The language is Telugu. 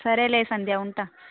సరే సంధ్య ఉంటాను